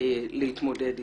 להתמודד איתה.